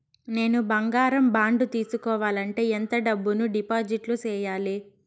నేను బంగారం బాండు తీసుకోవాలంటే ఎంత డబ్బును డిపాజిట్లు సేయాలి?